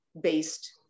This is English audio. based